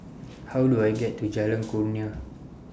How Do I get to Jalan Kurnia